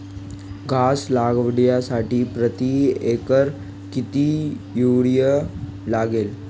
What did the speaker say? घास लागवडीसाठी प्रति एकर किती युरिया लागेल?